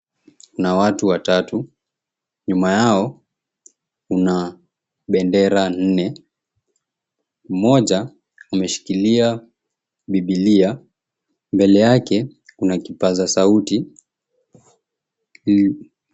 Kuna watu watatu nyuma yao kuna bendera nne, mmoja ameshikilia Biblia mbele yake kuna kipaza sauti.